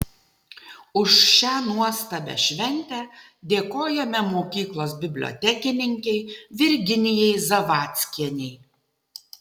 už šią nuostabią šventę dėkojame mokyklos bibliotekininkei virginijai zavadskienei